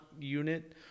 unit